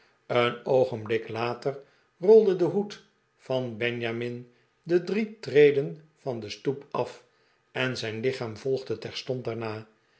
een oogenblik later rolde de hoed van benjamin de drie treden van de stoep af en zijn lichaam volgde terstond daarna